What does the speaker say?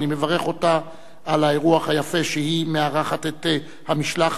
ואני מברך אותה על האירוח היפה שהיא מארחת את המשלחת.